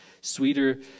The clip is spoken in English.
sweeter